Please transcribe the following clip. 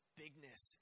bigness